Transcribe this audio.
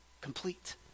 complete